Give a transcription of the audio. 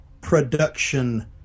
production